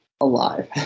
alive